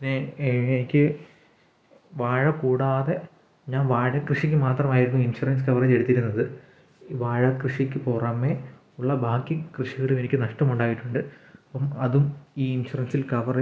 പിന്നെ എനിക്ക് വാഴ കൂടാതെ ഞാൻ വാഴ കൃഷിക്ക് മാത്രമായിരുന്നു ഇൻഷുറൻസ് കവറേജ് എടുത്തിരുന്നത് വാഴ കൃഷിക്ക് പുറമേ ഉള്ള ബാക്കി കൃഷികളും എനിക്ക് നഷ്ടമുണ്ടായിട്ടുണ്ട് അപ്പം അതും ഈ ഇൻഷുറൻസിൽ കവർ